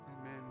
amen